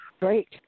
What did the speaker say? Great